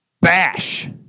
bash